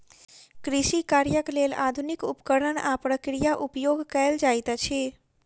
कृषि कार्यक लेल आधुनिक उपकरण आ प्रक्रिया उपयोग कयल जाइत अछि